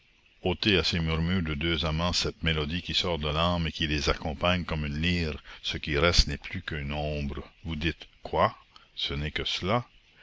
ôtez à ces murmures de deux amants cette mélodie qui sort de l'âme et qui les accompagne comme une lyre ce qui reste n'est plus qu'une ombre vous dites quoi ce n'est que cela